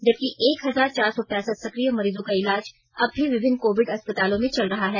जबकि एक हजार चार सौ पैंसठ सक्रिय मरीजों का इलाज अब भी विभिन्न कोविड अस्पतालों में चल रहा है